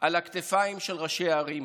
על הכתפיים של ראשי הערים,